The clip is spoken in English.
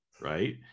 right